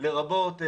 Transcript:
לרבות הרעלה,